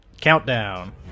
countdown